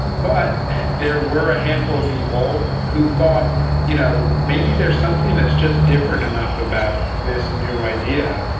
but there were a handful of people who thought you know maybe there is something that's just different enough about this new idea,